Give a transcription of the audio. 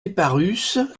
eparus